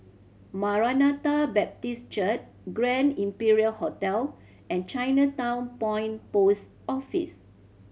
Maranatha Baptist Church Grand Imperial Hotel and Chinatown Point Post Office